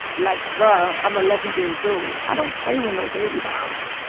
like, bro, i'm eleven years old. i don't play with no baby dolls